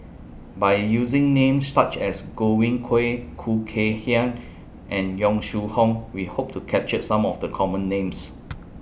By using Names such as Godwin Koay Khoo Kay Hian and Yong Shu Hoong We Hope to capture Some of The Common Names